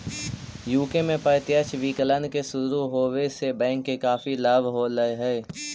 UK में प्रत्यक्ष विकलन के शुरू होवे से बैंक के काफी लाभ होले हलइ